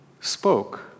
spoke